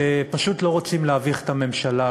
שפשוט לא רוצים להביך את הממשלה,